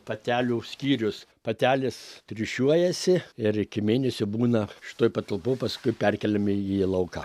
patelių skyrius patelės triušiuojasi ir iki mėnesio būna šitoj patalpoj paskui perkeliami į lauką